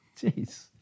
Jeez